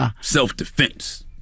self-defense